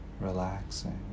relaxing